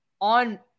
on